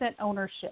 ownership